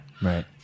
Right